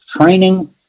training